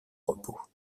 repos